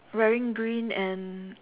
wearing green and